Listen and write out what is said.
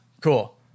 Cool